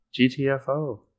GTFO